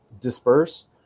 Disperse